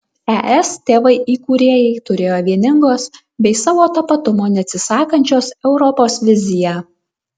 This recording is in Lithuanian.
es tėvai įkūrėjai turėjo vieningos bei savo tapatumo neatsisakančios europos viziją